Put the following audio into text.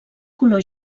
color